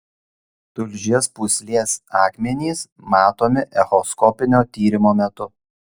tulžies pūslės akmenys matomi echoskopinio tyrimo metu